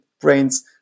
brains